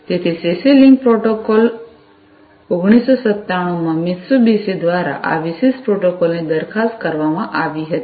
તેથી CC link protocol 1997 માં Mitsubishi દ્વારા આ વિશિષ્ટ પ્રોટોકોલની દરખાસ્ત કરવામાં આવી હતી